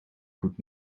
goed